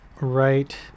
right